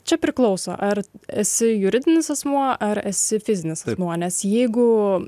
čia priklauso ar esi juridinis asmuo ar esi fizinis vaidmuo nes jeigu